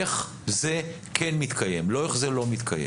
איך זה כן מתקיים, לא איך זה לא מתקיים.